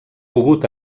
pogut